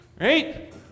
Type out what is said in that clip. right